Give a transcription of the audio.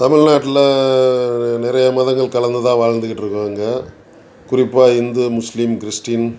தமிழ்நாட்டில் நிறைய மதங்கள் கலந்துதான் வாழ்ந்துக்கிட்டு இருக்கோம் இங்கே குறிப்பாக இந்து முஸ்லீம் கிறிஸ்டின்